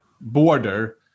border